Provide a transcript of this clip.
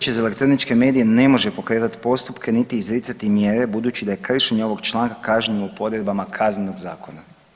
Vijeće za elektroničke medije ne može pokretat postupke niti izricati mjere budući da je kršenje ovog članka kažnjivo po odredbama Kaznenog zakona.